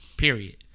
Period